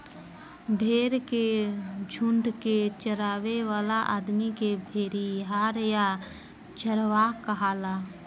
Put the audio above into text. भेड़ के झुंड के चरावे वाला आदमी के भेड़िहार या चरवाहा कहाला